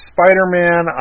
Spider-Man